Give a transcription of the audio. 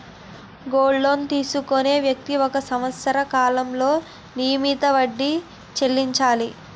gold loan తీసుకునే వ్యక్తి ఒక సంవత్సర కాలంలో నియమిత వడ్డీ చెల్లించాలి